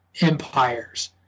empires